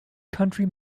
country